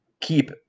keep